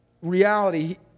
reality